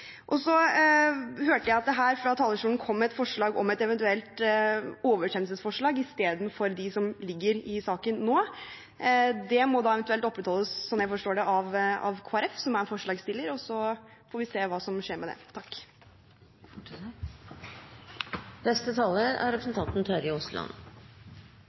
merknadene. Så hørte jeg at det her fra talerstolen kom et forslag om et eventuelt oversendelsesforslag, istedenfor de forslagene som ligger i saken nå. Det må eventuelt opprettholdes, som jeg forstår det, av Kristelig Folkeparti, som er forslagsstiller. Og så får vi se hva som skjer med det. Jeg synes det er